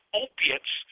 opiates